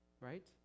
right